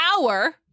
hour